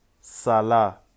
Salah